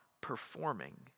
performing